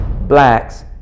blacks